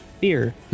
fear